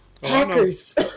Hackers